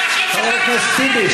חבר הכנסת טיבי,